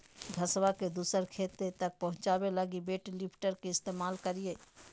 घसबा के दूसर खेत तक पहुंचाबे लगी वेट लिफ्टर के इस्तेमाल करलियै